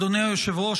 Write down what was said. אדוני היושב-ראש,